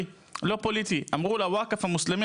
הם פנו לווקף בנושא,